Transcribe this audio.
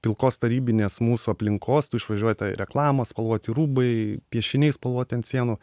pilkos tarybinės mūsų aplinkos tu išvažiuoji tai reklama spalvoti rūbai piešiniai spalvoti ant sienų